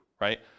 right